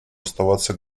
оставаться